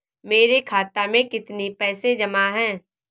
मेरे खाता में कितनी पैसे जमा हैं?